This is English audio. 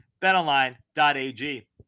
BetOnline.ag